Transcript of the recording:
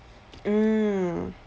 mm